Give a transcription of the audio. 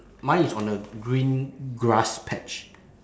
mine is on a green grass patch